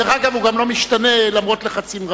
דרך אגב, הוא לא משתנה למרות לחצים רבים.